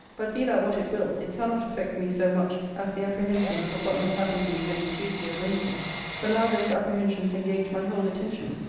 but be that what it will, it cannot affect me so much, as the apprehensions of what may happen to me next tuesday or wednesday for now those apprehensions engage my whole attention,